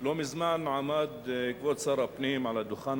לא מזמן עמד כבוד שר הפנים על הדוכן